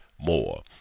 more